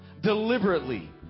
deliberately